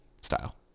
style